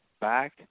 back